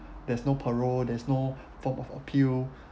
there's no parole there's no form of appeal